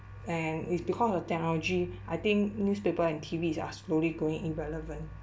and it's because of technology I think newspaper and T_Vs are slowly going irrelevant